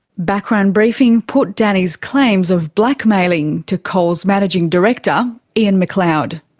background briefing put danny's claims of blackmailing to coles managing director, ian mcleod.